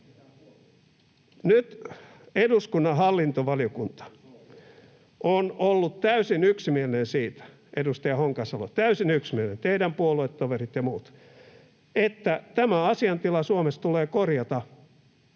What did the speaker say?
Nyt eduskunnan hallintovaliokunta on ollut täysin yksimielinen siitä — edustaja Honkasalo, täysin yksimielinen, teidän puoluetoverinne ja muut — että tämä asiantila Suomessa tulee korjata,